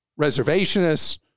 reservationists